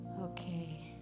Okay